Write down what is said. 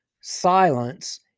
silence